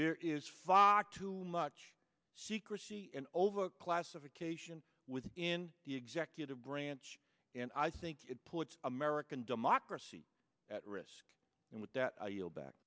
there is fock too much secrecy over classification with in the executive branch and i think it puts american democracy at risk and with that i yield back